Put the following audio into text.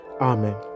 Amen